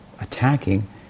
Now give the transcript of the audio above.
attacking